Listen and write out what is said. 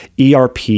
ERP